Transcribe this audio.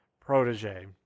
protege